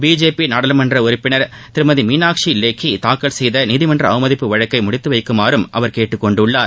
BJP நாடாளுமன்ற உறுப்பினர் திருமதி மீனாட்சி லேக்கி தாக்கல் செய்த நீதிமன்ற அவமதிப்பு வழக்கை முடித்து வைக்குமாறும் அவர் கேட்டுக்கொண்டுள்ளார்